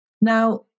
Now